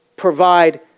provide